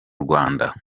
rwanda